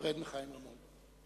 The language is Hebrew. להיפרד מחיים רמון.